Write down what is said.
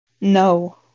no